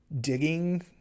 digging